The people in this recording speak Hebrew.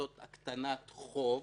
לעשות הקטנת חוב